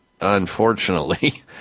unfortunately